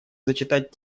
зачитать